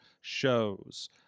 shows